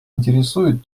интересует